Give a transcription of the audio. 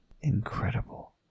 Incredible